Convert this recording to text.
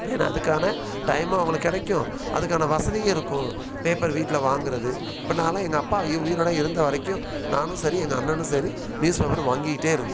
ஏன்னா அதுக்கான டைமும் அவங்களுக்குக் கிடைக்கும் அதுக்கான வசதியும் இருக்கும் பேப்பர் வீட்டில் வாங்கறது இப்போ நான்லாம் எங்கள் அப்பா அய் உயிரோடு இருந்த வரைக்கும் நானும் சரி எங்கள் அண்ணனும் சரி நியூஸ் பேப்பரு வாங்கிக்கிட்டே இருந்தோம்